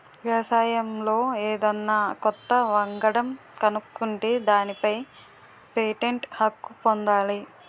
వ్యవసాయంలో ఏదన్నా కొత్త వంగడం కనుక్కుంటే దానిపై పేటెంట్ హక్కు పొందాలి